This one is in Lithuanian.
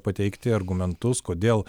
pateikti argumentus kodėl